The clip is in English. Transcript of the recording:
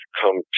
come